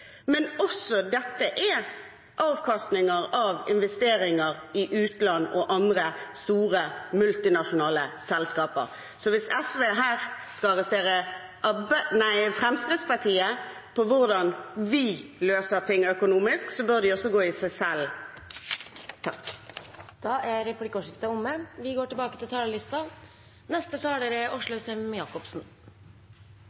men også dette er avkastning av investeringer i utlandet og i andre store multinasjonale selskaper. Hvis SV skal arrestere Fremskrittspartiet på hvordan vi løser ting økonomisk, bør de gå i seg selv. Replikkordskiftet er omme. Med vår velutviklede velferdsstat er